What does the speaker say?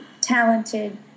talented